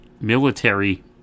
military